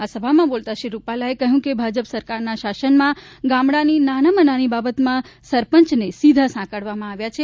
આ સભામાં બોલતા શ્રી રૂપાલાએ કહ્યું કે ભાજપ સરકારના શાસનમાં ગામડાની નાનામાં નાની બાબતમાં સરપંચને સીધા સાંકળવામાં આવે છે